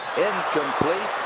incomplete.